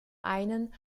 einen